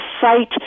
site